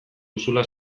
duzula